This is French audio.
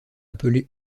appelé